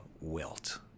wilt